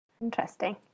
interesting